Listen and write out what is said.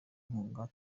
inkunga